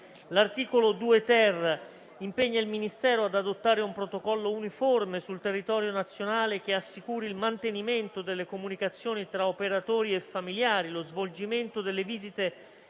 L'articolo 2-*ter* impegna il Ministero ad adottare un protocollo uniforme sul territorio nazionale che assicuri il mantenimento delle comunicazioni tra operatori e familiari, lo svolgimento delle visite